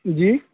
جی